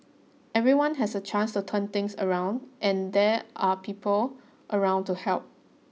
everyone has a chance to turn things around and there are people around to help